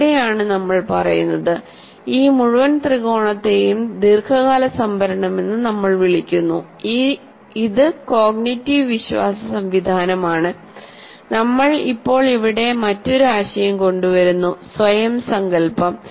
അവിടെയാണ് നമ്മൾ പറയുന്നത് ഈ മുഴുവൻ ത്രികോണത്തെയും ദീർഘകാല സംഭരണമെന്ന് നമ്മൾ വിളിക്കുന്നുഇത് കോഗ്നിറ്റീവ് വിശ്വാസ സംവിധാനമാണ് നമ്മൾ ഇപ്പോൾ ഇവിടെ മറ്റൊരു ആശയം കൊണ്ടുവരുന്നു സ്വയം സങ്കൽപ്പം